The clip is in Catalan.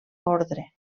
ordre